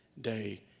day